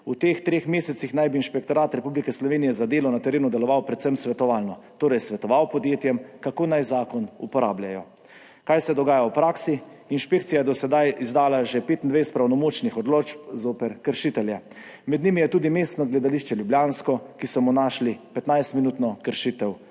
V teh treh mesecih naj bi Inšpektorat Republike Slovenije za delo na terenu deloval predvsem svetovalno, torej svetoval podjetjem, kako naj zakon uporabljajo. Kaj se dogaja v praksi? Inšpekcija je do sedaj izdala že 25 pravnomočnih odločb zoper kršitelje. Med njimi je tudi Mestno gledališče ljubljansko, ki so mu našli 15 minutno kršitev